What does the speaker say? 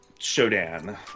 Shodan